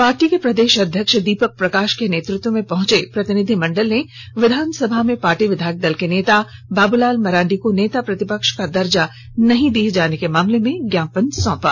party के प्रदेष अध्यक्ष दीपक प्रकाष के नेतृत्व में पहुंचे प्रतिनिधिमंडल ने विधानसभा में पॉर्टी विधायक दल के नेता बाबूलाल मरांडी को नेता प्रतिपक्ष का दर्जा नहीं दिये जाने के मामले में ज्ञापन सौंपा